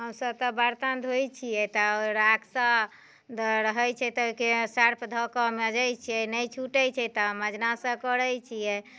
हमसभ तऽ बर्तन धोइत छियै तऽ राखसँ रहैत छै तऽ सर्फ धऽकऽ मजैत छियै नहि छुटैत छै तऽ मजनासँ करैत छियै